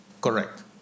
Correct